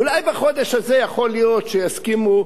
אולי בחודש הזה יכול להיות שיסכימו.